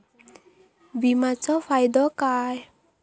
विमाचो फायदो काय?